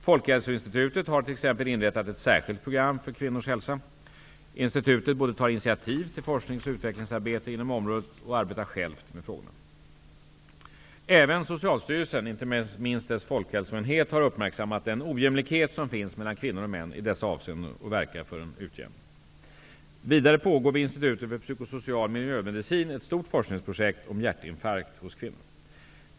Folkhälsoinstitutet har t.ex. inrättat ett särskilt program för kvinnors hälsa. Institutet både tar initiativ till forsknings och utvecklingsarbete inom området och arbetar självt med frågorna. Även Socialstyrelsen, inte minst dess folkhälsoenhet, har uppmärksammat den ojämlikhet som finns mellan kvinnor och män i dessa avseenden och verkar för en utjämning. Vidare pågår vid Institutet för psykosocial miljömedicin ett stort forskningsprojekt om hjärtinfarkt hos kvinnor.